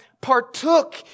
partook